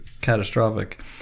catastrophic